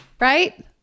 Right